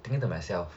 thinking to myself